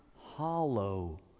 hollow